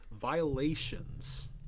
violations